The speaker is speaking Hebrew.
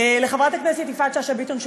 לחברת הכנסת יפעת שאשא ביטון,